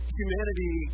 humanity